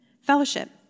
Fellowship